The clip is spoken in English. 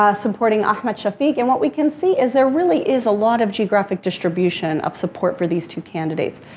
ah supporting ahmed shafeek. and what we can see is there really is a lot of geographic distribution of support for these two candidates.